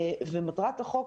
מטרת החוק,